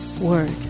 word